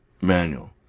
manual